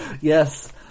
Yes